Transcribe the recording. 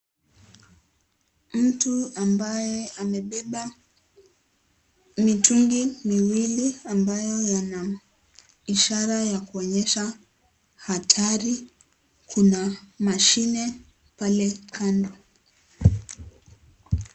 Mtu ambaye amebeba mitungi miwili, ambayo yana ishara ya kuonyesha hatari. Kuna mashine pale kando.